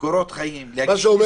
קורות חיים, להגיש ניסיון.